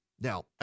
Now